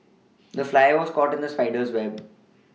the fly was caught in the spider's web